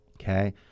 Okay